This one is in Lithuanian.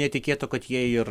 netikėto kad jei ir